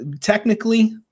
technically